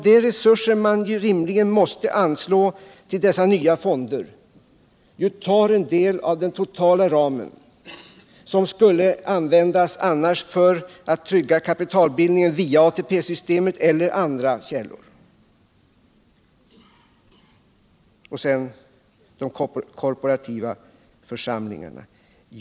De resurser som rimligen måste anslås till de nya fonderna tar ju i anspråk en del av den totala ramen, som annars skulle kunna användas för att trygga kapitalbildningen via ATP-systemet celler andra källor. Så till frågan om de korporativa församlingarna.